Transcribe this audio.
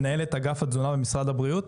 מנהלת אגף התזונה במשרד הבריאות.